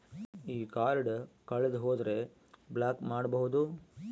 ಈ ಕಾರ್ಡ್ ಕಳೆದು ಹೋದರೆ ಬ್ಲಾಕ್ ಮಾಡಬಹುದು?